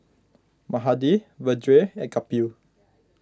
Mahade Vedre and Kapil